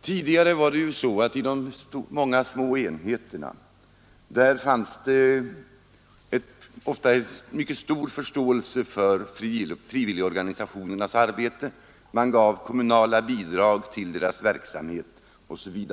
Tidigare fanns det ofta i de många små enheterna en mycket stor förståelse för frivilligorganisationernas arbete; de fick kommunala bidrag till sin verksamhet osv.